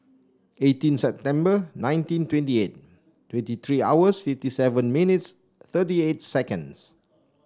eighteen September nineteen twenty eight twenty three hours fifty seven minutes thirty eight seconds